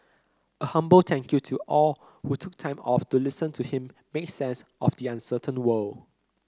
a humble thank you to all who took time off to listen to him make sense of the uncertain world